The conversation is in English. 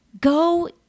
go